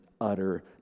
utter